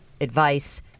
advice